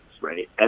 right